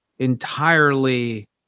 entirely